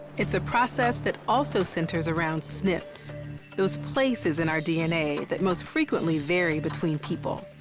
it's a process that also centers around snps those places in our dna that most frequently vary between people.